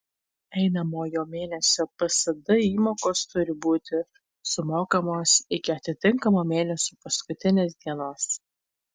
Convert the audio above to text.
einamojo mėnesio psd įmokos turi būti sumokamos iki atitinkamo mėnesio paskutinės dienos